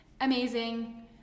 Amazing